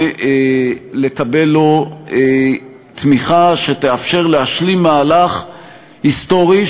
ולקבל תמיכה בו שתאפשר להשלים מהלך היסטורי,